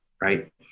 right